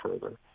further